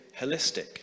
holistic